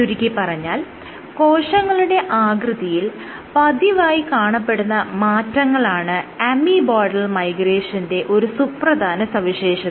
ചുരുക്കിപ്പറഞ്ഞാൽ കോശങ്ങളുടെ ആകൃതിയിൽ പതിവായി കാണപ്പെടുന്ന മാറ്റങ്ങളാണ് അമീബോയ്ഡൽ മൈഗ്രേഷന്റെ ഒരു സുപ്രധാന സവിശേഷത